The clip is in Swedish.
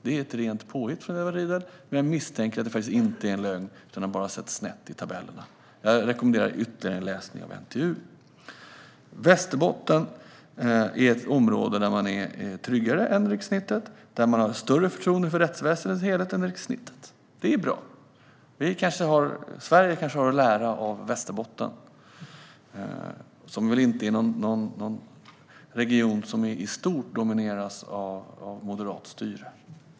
Det är ett rent påhitt från Edward Riedl, men jag misstänker att det inte är en lögn utan att han bara har sett snett i tabellerna. Jag rekommenderar ytterligare en läsning av NTU. Västerbotten är ett område där man är tryggare och har större förtroende för rättsväsendet än rikssnittet. Det är bra. Sverige kanske har något att lära av Västerbotten, som väl inte är en region som i stort domineras av moderat styre.